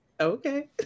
okay